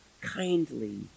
kindly